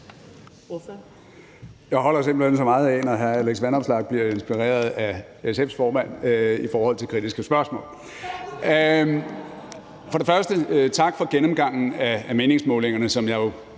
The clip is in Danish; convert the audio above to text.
Jeg holder simpelt hen så meget af det, når hr. Alex Vanopslagh bliver inspireret af SF's formand i forhold til kritiske spørgsmål. For det første vil jeg sige tak for gennemgangen af meningsmålingerne, som jeg i